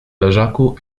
leżaku